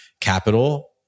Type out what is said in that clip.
capital